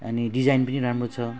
अनि डिजाइन पनि राम्रो छ